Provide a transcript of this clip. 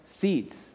seeds